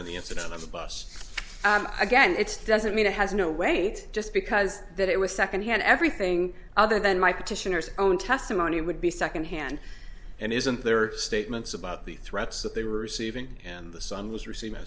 then the incident on the bus i get it doesn't mean it has no weight just because that it was secondhand everything other than my petitioners own testimony would be secondhand and isn't their statements about the threats that they were receiving and the son was receiving